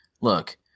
look